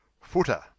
footer